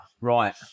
Right